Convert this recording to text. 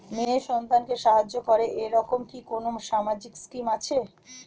মেয়ে সন্তানকে সাহায্য করে এরকম কি কোনো সামাজিক স্কিম আছে?